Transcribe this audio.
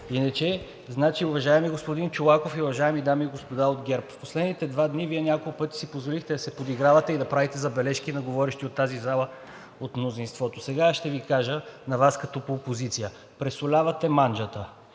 иначе. Уважаеми господин Чолаков, уважаеми дами и господа от ГЕРБ! В последните два дни Вие няколко пъти си позволихте да се подигравате и да правите забележки на говорещи в тази зала от мнозинството. Сега аз ще Ви кажа на Вас като опозиция: пресолявате манджата